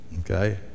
Okay